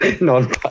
Non